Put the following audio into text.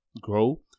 grow